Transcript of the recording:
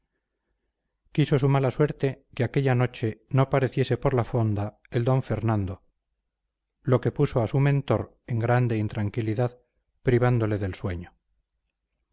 quiso su mala suerte que aquella noche no pareciese por la fonda el d fernando lo que puso a su mentor en grande intranquilidad privándole del sueño